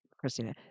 christina